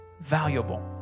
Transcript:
valuable